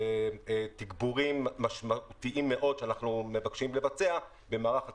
תגבורים משמעותיים מאוד שאנחנו מבקשים לבצע במערך התחבורה,